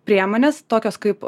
priemonės tokios kaip